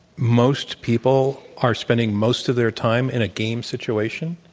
most people are spending most of their time in a game situation